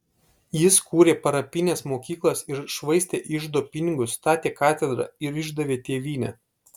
jis kūrė parapines mokyklas ir švaistė iždo pinigus statė katedrą ir išdavė tėvynę